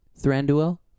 Thranduil